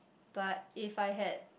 but if I had